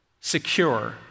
secure